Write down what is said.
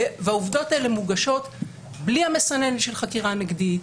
והעובדות האלה מוגשות בלי המסננת של חקירה נגדית,